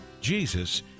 jesus